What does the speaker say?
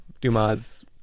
dumas